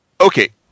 okay